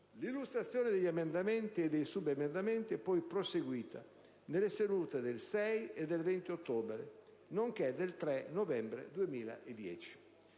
L'illustrazione degli emendamenti e dei subemendamenti è poi proseguita nelle sedute del 6 e del 20 ottobre, nonché del 3 novembre 2010.